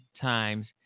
times